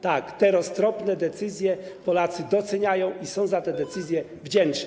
Tak, te roztropne decyzje Polacy doceniają i są za te decyzje wdzięczni.